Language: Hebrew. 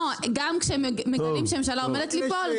גם כשמגלים שממשלה עומדת ליפול,